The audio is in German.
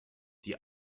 die